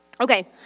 Okay